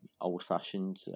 old-fashioned